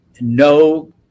no